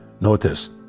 Notice